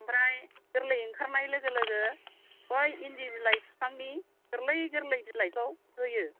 ओमफ्राय गोरलै ओंखारनाय लोगो लोगो हय इन्दि बिलाइ फिफांनि गोरलै गोरलै बिलाइखौ होयो